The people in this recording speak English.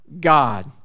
God